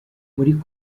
muri